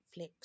Netflix